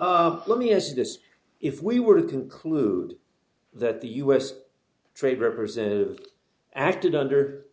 your let me ask you this if we were to include that the u s trade representative acted under